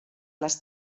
les